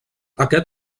aquest